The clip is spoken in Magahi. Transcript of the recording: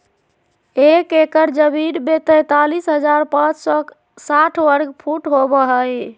एक एकड़ जमीन में तैंतालीस हजार पांच सौ साठ वर्ग फुट होबो हइ